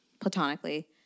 platonically